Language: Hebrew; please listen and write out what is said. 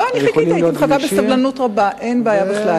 הייתי מחכה בסבלנות רבה, אין בעיה בכלל.